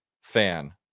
fan